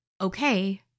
Okay